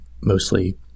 mostly